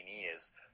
years